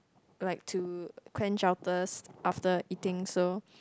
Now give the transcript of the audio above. like to quench our thirst after eating so